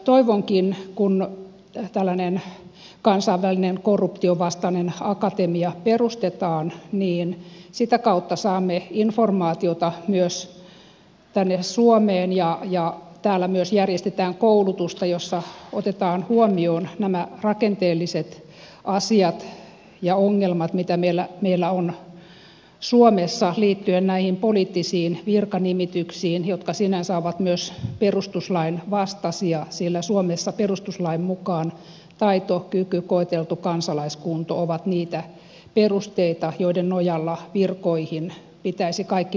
toivonkin että kun tällainen kansainvälinen korruptionvastainen akatemia perustetaan sitä kautta saamme informaatiota myös tänne suomeen ja täällä myös järjestetään koulutusta jossa otetaan huomioon nämä rakenteelliset asiat ja ongelmat mitä meillä on suomessa liittyen näihin poliittisiin virkanimityksiin jotka sinänsä ovat myös perustuslain vastaisia sillä suomessa perustuslain mukaan taito kyky koeteltu kansalaiskunto ovat niitä perusteita joiden nojalla virkoihin pitäisi kaikki nimitykset suorittaa